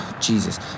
Jesus